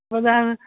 ꯕꯗꯥꯝ